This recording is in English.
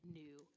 new